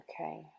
okay